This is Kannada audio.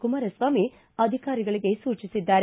ಕುಮಾರಸ್ವಾಮಿ ಅಧಿಕಾರಿಗಳಿಗೆ ಸೂಚಿಸಿದ್ದಾರೆ